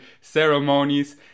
ceremonies